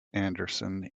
andersson